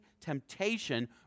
temptation